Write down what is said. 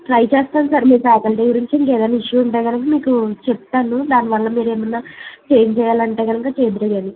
try చేస్తాను sir మీరు faculty గురించి ఇంకా ఏదన్నా ఇష్యూ ఉంటే కనుక మీకు చెప్తాను దానివల్ల మీరు ఏమన్నా చేంజ్ చేయాలి అంటే కనుక చేద్దురు కాని